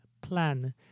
plan